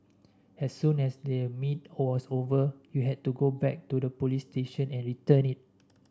as soon as the meet has over you had to go back to the police station and return it